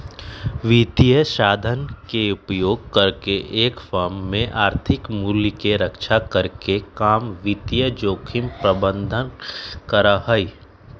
वित्तीय साधन के उपयोग करके एक फर्म में आर्थिक मूल्य के रक्षा करे के काम वित्तीय जोखिम प्रबंधन करा हई